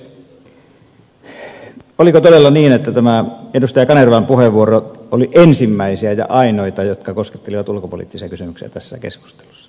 oliko todella niin että tämä edustaja kanervan puheenvuoro oli ensimmäisiä ja ainoita jotka koskettelivat ulkopoliittisia kysymyksiä tässä keskustelussa